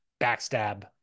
backstab